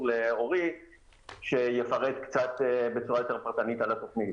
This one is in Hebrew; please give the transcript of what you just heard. לאורי שיפרט בצורה יותר פרטנית על התוכנית.